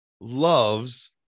loves